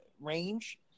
range